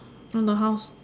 on the house